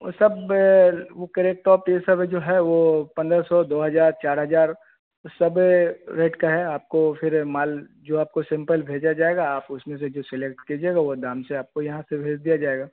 वह सब वह क्रेप टॉप यह सब है जो हैं वह पंद्रह सौ दो हज़ार चार हज़ार सब रेट का है आपको फ़िर माल जो आपको सैंपल भेजा जाएगा आप उसमें से जो सिलैक्ट कीजिएगा वह दाम से आपको यहाँ से भेज दिया जाएगा